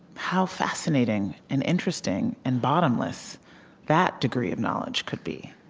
how fascinating and interesting and bottomless that degree of knowledge could be